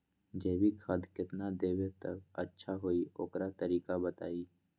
जैविक खाद केतना देब त अच्छा होइ ओकर तरीका बताई?